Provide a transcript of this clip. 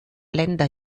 länder